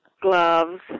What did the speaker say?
gloves